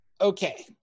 okay